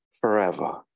forever